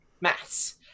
maths